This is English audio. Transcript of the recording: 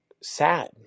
sad